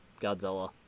Godzilla